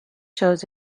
shows